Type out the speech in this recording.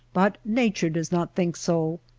but nature does not think so.